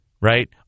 right